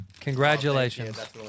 Congratulations